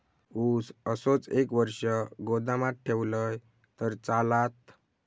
ऊस असोच एक वर्ष गोदामात ठेवलंय तर चालात?